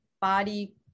body